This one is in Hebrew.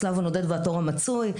השליו הנודד והתור המצוי.